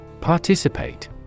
Participate